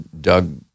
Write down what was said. Doug